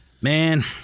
Man